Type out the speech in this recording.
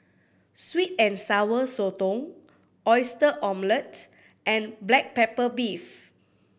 sweet and Sour Sotong Oyster Omelette and black pepper beef